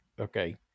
Okay